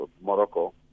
Morocco